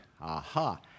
Aha